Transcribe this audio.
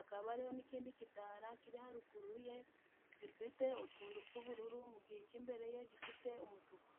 akaba n'ikindi kidara kiri haruguru ye gifite utuntu tw'ubururu mu gihe icimbere ye gifite umutuku